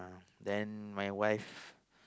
then my wife